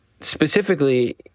specifically